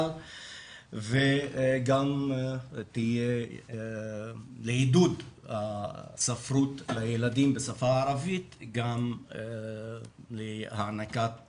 וגם תהיה לעידוד הספרות לילדים בשפה הערבית וגם להענקת